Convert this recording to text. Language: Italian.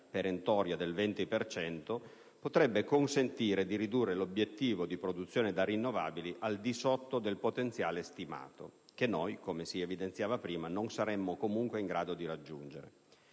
perentoria, del 20 per cento, potrebbe consentire di ridurre l'obiettivo di produzione da rinnovabili al di sotto del potenziale stimato che noi - come si evidenziava prima - non saremmo comunque in grado di raggiungere.